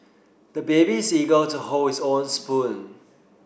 the baby is eager to hold his own spoon